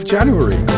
January